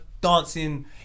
dancing